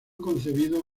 concebido